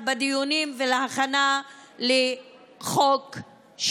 בדיונים ובהכנת החוק,